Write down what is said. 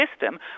system